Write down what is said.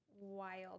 wild